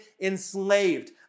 enslaved